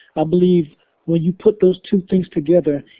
i believe when you put those two things together,